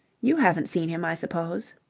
you haven't seen him, i suppose?